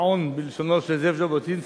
מעון בלשונו של זאב ז'בוטינסקי.